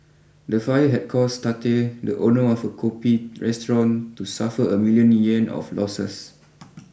the fire had caused Tate the owner of a Kopi restaurant to suffer a million Yuan of losses